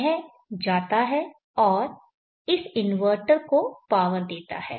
यह जाता है और इस इन्वर्टर को पावर देता है